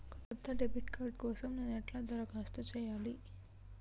కొత్త debit card కోసం నేను ఎట్లా దరఖాస్తు చేయాలి?